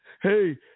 Hey